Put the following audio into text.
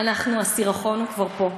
אנחנו, הסירחון כבר פה,